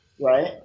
Right